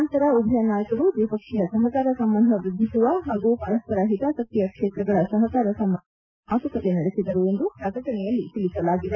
ನಂತರ ಉಭಯ ನಾಯಕರು ದ್ವಿಪಕ್ಷೀಯ ಸಹಕಾರ ಸಂಬಂಧ ವೃದ್ದಿಸುವ ಹಾಗೂ ಪರಸ್ಪರ ಹಿತಾಸಕ್ತಿಯ ಕ್ಷೇತ್ರಗಳ ಸಹಕಾರ ಸಂಬಂಧ ಸುಧಾರಣೆ ಕುರಿತು ಮಾತುಕತೆ ನಡೆಸಿದರು ಎಂದು ಪ್ರಕಟಣೆಯಲ್ಲಿ ತಿಳಿಸಲಾಗಿದೆ